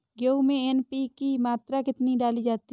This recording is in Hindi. गेहूँ में एन.पी.के की मात्रा कितनी डाली जाती है?